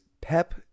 Pep